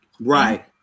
Right